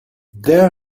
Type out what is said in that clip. their